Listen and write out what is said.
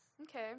Okay